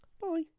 Bye